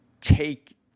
take